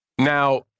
Now